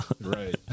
Right